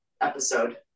episode